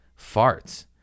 farts